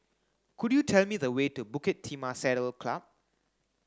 could you tell me the way to Bukit Timah Saddle Club